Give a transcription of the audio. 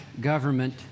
government